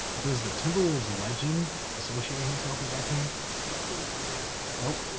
does the timberwolves legend associate himself with that team? i'm not seeing it on there. nope,